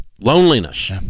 Loneliness